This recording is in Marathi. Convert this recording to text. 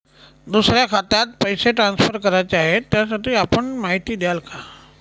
दुसऱ्या खात्यात पैसे ट्रान्सफर करायचे आहेत, त्यासाठी आपण माहिती द्याल का?